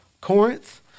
Corinth